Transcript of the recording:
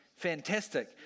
fantastic